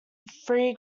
three